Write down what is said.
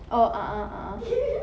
orh ah ah ah ah